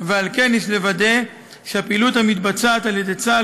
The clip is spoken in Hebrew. ועל כן יש לוודא שהפעילות המתבצעת על-ידי צה"ל